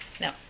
No